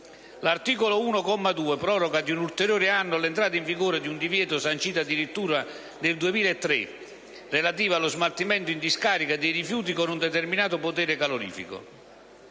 L'articolo 1, comma 2, proroga di un ulteriore anno l'entrata in vigore di un divieto sancito addirittura nel 2003, relativo allo smaltimento in discarica dei rifiuti con un determinato potere calorifico.